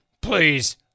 please